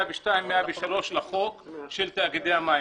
102, 103 לחוק של תאגידי המים.